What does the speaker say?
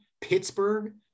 Pittsburgh